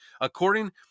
According